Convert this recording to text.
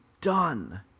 done